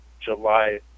July